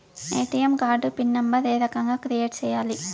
ATM card PIN number ఏ రకంగా create సేయాలి